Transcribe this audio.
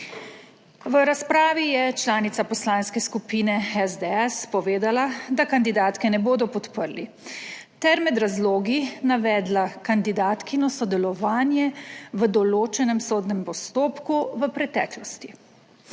V razpravi je članica Poslanske skupine SDS povedala, da kandidatke ne bodo podprli, ter med razlogi navedla kandidatkino sodelovanje v določenem sodnem postopku v preteklosti.